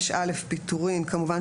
פיטורין5א.